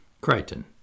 Crichton